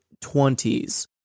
twenties